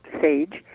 sage